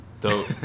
Dope